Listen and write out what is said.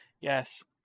Yes